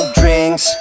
drinks